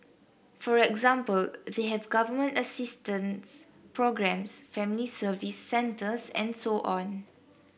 for example they have Government assistance programmes Family Service Centres and so on